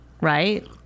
Right